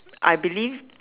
I believe